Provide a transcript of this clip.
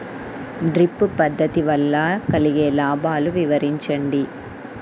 Drip పద్దతి వల్ల కలిగే లాభాలు వివరించండి?